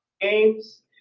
games